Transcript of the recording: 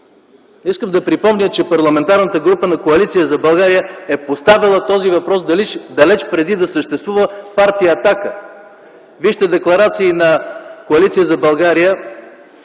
Искам да припомня, че Парламентарната група на Коалиция за България е поставяла този въпрос далече преди да съществува партия „Атака”. Вижте декларации на Коалиция за България